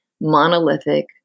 monolithic